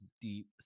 deep